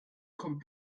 kommt